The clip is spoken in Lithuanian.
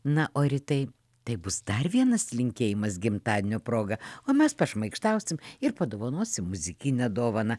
na o ritai tai bus dar vienas linkėjimas gimtadienio proga o mes pašmaikštausim ir padovanosim muzikinę dovaną